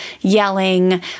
yelling